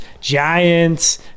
Giants